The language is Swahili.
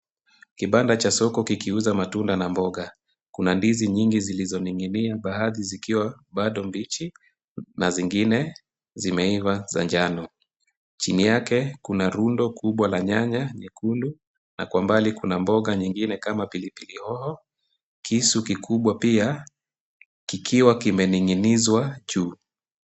Kibanda cha soko kikiuza matunda na mboga, Kuna ndizi nyingi zilizoning'inia baadhi zikiwa bado mbichi, na zingine zimeiva za njano. Chini yake kuna rundo kubwa la nyanya nyekundu na kwa mbali kuna mboga nyingine kama pilipili hoho. Kisu kikubwa pia kikiwa kimening'inizwa juu.